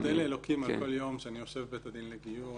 אני מודה לאלוקים על כל יום שאני יושב בבית הדין לגיור.